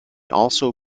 also